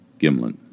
Gimlin